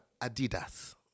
Adidas